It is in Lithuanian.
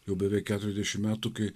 jau beveik keturiasdešim metų kai